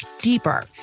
deeper